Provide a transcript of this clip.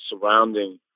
surrounding